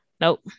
nope